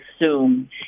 assume